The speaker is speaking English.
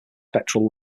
spectral